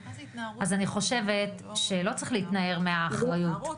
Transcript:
אני חושבת שלא צריך להתנער מאחריות.